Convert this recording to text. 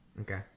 Okay